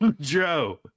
Joe